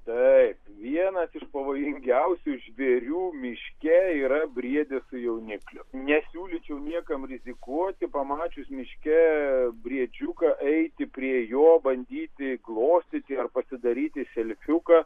taip vienas iš pavojingiausių žvėrių miške yra briedė su jaunikliu nesiūlyčiau niekam rizikuoti pamačius miške briedžiuką eiti prie jo bandyti glostyti ar pasidaryti selfiuką